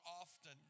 often